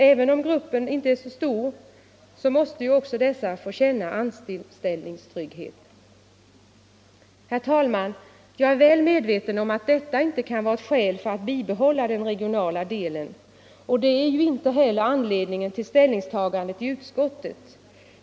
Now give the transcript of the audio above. Även om gruppen inte är så stor måste också den få känna anställningstrygghet. Jag är väl medveten om att detta inte kan vara ett skäl för att bibehålla den regionala delen, och det är inte heller anledningen till vårt ställningstagande i utskottet.